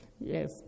Yes